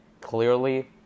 clearly